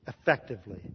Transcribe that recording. effectively